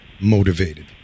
motivated